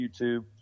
YouTube